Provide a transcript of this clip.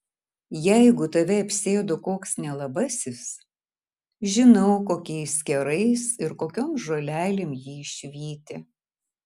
jeigu tave apsėdo koks nelabasis žinau kokiais kerais ir kokiom žolelėm jį išvyti